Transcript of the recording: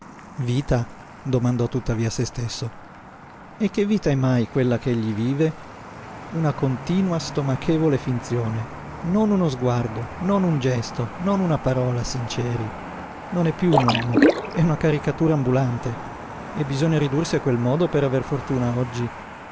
vita vita domandò tuttavia a se stesso e che vita è mai quella ch'egli vive una continua stomachevole finzione non uno sguardo non un gesto non una parola sinceri non è più un uomo è una caricatura ambulante e bisogna ridursi a quel modo per aver fortuna oggi